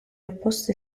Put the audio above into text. opposte